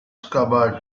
scabbard